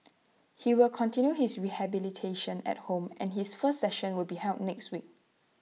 he will continue his rehabilitation at home and his first session will be held next week